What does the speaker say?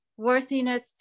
worthiness